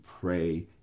pray